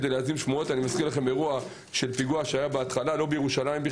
אני מזכיר לכם אירוע של פיגוע שהיה בהתחלה מחוץ לירושלים,